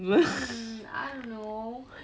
hmm I don't know